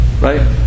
Right